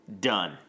Done